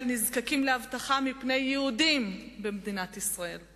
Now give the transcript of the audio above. נזקקים לאבטחה מפני יהודים במדינת ישראל.